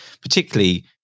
particularly